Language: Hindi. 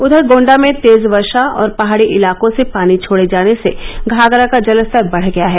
उधर गोण्डा में तेज वर्षा और पहाड़ी इलाकों से पानी छोड़े जाने से घाघरा का जलस्तर बढ़ गया है